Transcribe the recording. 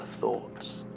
thoughts